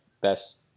best